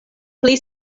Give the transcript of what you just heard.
pli